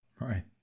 Right